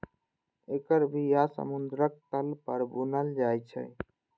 एकर बिया समुद्रक तल पर बुनल जाइ छै